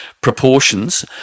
proportions